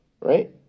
right